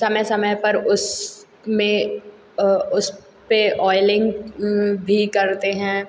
समय समय पर उस में उस पर ऑयलिंग भी करते हैं